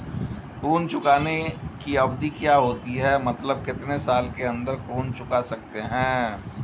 ऋण चुकाने की अवधि क्या होती है मतलब कितने साल के अंदर ऋण चुका सकते हैं?